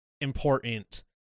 important